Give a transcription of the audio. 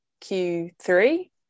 Q3